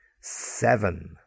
seven